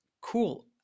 Cool